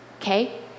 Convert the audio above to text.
okay